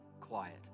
quiet